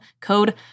code